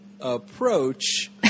approach